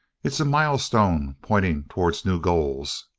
it's a milestone pointing towards new goals.